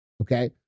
Okay